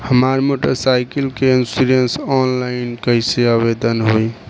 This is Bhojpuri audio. हमार मोटर साइकिल के इन्शुरन्सऑनलाइन कईसे आवेदन होई?